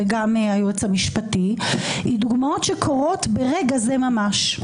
וגם היועץ המשפטי הן דוגמאות שקורות ברגע זה ממש.